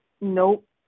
Nope